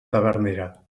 tavernera